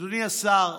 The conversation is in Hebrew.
אדוני השר,